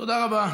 תודה רבה.